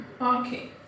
okay